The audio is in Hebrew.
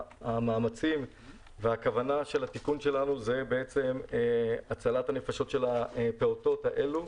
המאמצים והכוונה של התיקון שלנו הם הצלת הנפשות של הפעוטות האלה.